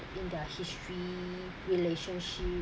in their history relationship